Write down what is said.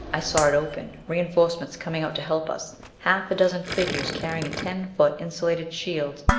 i saw it open, reinforcements coming out to help us half a dozen figures carrying a ten foot insulated shield.